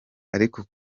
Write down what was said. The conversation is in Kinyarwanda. ariko